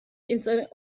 ils